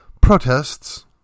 protests